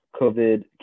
COVID